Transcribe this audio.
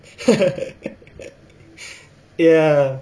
ya